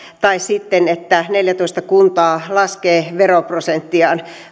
ja sitten se että neljätoista kuntaa laskee veroprosenttiaan